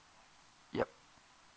yup